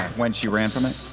when she ran from it?